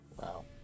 Wow